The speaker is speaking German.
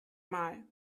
mal